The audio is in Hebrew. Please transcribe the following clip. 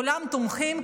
כולם תומכים,